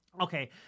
Okay